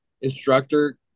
instructor